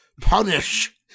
punish